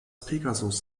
pegasus